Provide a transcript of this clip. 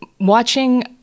watching